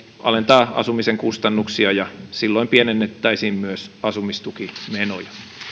alentaa asumisen kustannuksia ja silloin pienennettäisiin myös asumistukimenoja